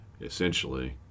essentially